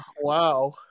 wow